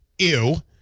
Ew